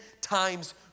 times